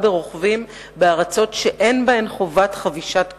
ברוכבים בארצות שאין בהן חובת חבישת קסדה.